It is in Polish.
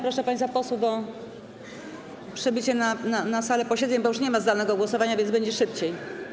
Proszę państwa posłów o przybycie na salę posiedzeń, bo już nie ma zdalnego głosowania, więc będzie szybciej.